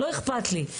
לא אכפת לי.